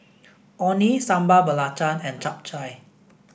Orh Nee Sambal Belacan and Chap Chai